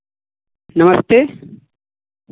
नमस्ते